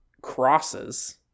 crosses